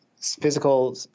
Physical